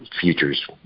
futures